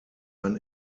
ein